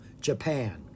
Japan